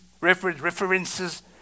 references